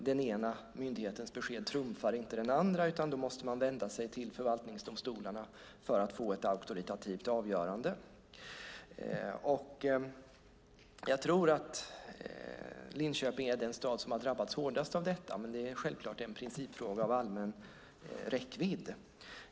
Den ena myndighetens besked trumfar inte den andras, utan då måste man vända sig till förvaltningsdomstolarna för att få ett auktoritativt avgörande. Jag tror att Linköping är den stad som har drabbats hårdast av detta, men det är självklart en principfråga av allmän räckvidd.